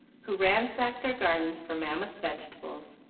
who ransacked their gardens for mammoth vegetables,